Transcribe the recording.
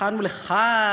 לכאן ולכאן?